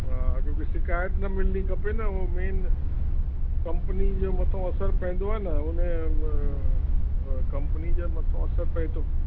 छोकी शिकायत न मिलिणी खपे न उहो मेन कंपनी जे मथां असुरु पवंदो आहे न उन कंपनी जे मथों असुरु पए थो